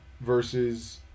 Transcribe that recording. Versus